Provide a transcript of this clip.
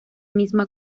misma